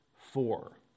four